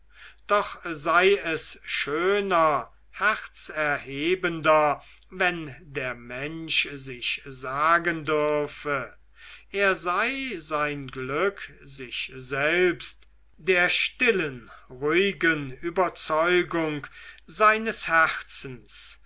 doch sei es schöner herzerhebender wenn der mensch sich sagen dürfe er sei sein glück sich selbst der stillen ruhigen überzeugung seines herzens